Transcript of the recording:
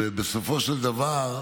ובסופו של דבר,